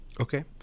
Okay